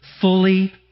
fully